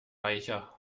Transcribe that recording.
reicher